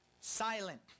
silent